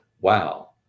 wow